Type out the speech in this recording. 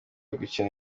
gukina